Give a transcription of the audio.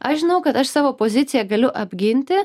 aš žinau kad aš savo poziciją galiu apginti